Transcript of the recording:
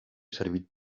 servit